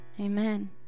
Amen